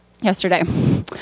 yesterday